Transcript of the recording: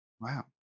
Wow